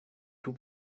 tout